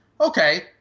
okay